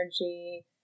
energy